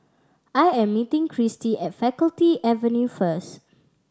I am meeting Kristi at Faculty Avenue first